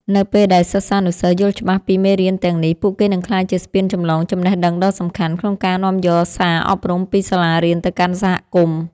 នៅពេលដែលសិស្សានុសិស្សយល់ច្បាស់ពីមេរៀនទាំងនេះ ពួកគេនឹងក្លាយជាស្ពានចម្លងចំណេះដឹងដ៏សំខាន់ ក្នុងការនាំយកសារអប់រំពីសាលារៀនទៅកាន់សហគមន៍។